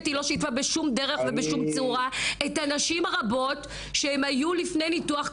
בשום דרך ובשום צורה את הנשים הרבות שהיו לפני ניתוח,